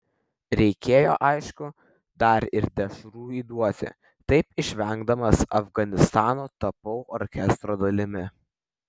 reikėjo aišku dar ir dešrų įduoti taip išvengdamas afganistano tapau orkestro dalimi